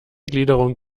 gliederung